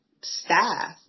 staff